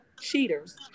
cheaters